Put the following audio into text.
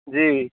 जी